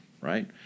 right